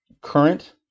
current